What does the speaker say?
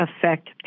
affect